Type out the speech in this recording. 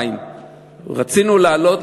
רצינו להעלות,